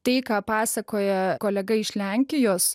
tai ką pasakoja kolega iš lenkijos